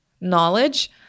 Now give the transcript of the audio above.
knowledge